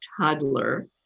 toddler